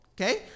okay